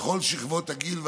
בכל שכבות הגיל והחינוך.